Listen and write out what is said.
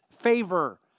favor